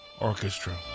Orchestra